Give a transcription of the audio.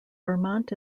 vermont